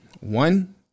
One